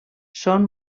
són